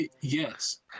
Yes